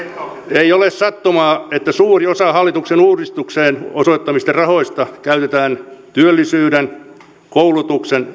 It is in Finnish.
ei ole sattumaa että suuri osa hallituksen uudistuksiin osoittamista rahoista käytetään työllisyyden koulutuksen